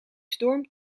storm